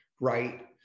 right